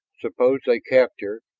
suppose they capture,